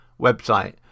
website